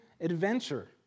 adventure